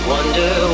Wonder